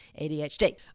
ADHD